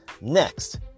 Next